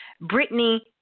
Brittany